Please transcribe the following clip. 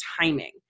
timing